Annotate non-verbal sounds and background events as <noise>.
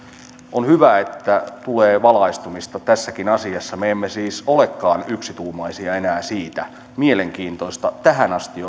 on hyvä että tulee valaistumista tässäkin asiassa me emme siis olekaan yksituumaisia enää siitä mielenkiintoista tähän asti <unintelligible>